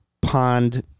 pond